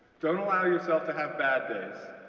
don't allow yourself to have bad days,